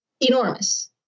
enormous